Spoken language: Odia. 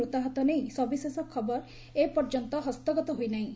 ମୃତାହତ ନେଇ ସବିଶେଷ ଖବର ଏପର୍ଯ୍ୟନ୍ତ ହସ୍ତଗତ ହୋଇ ନାହିଁ